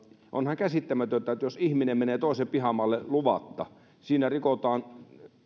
ihan käsittämätöntä että jos ihminen menee toisen pihamaalle luvatta siinä rikotaan